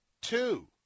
Two